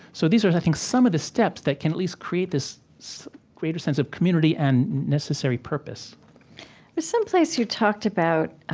so these are, i think, some of the steps that can at least create this greater sense of community and necessary purpose there's some place you talked about